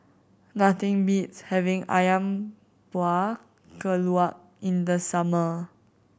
nothing beats having Ayam Buah Keluak in the summer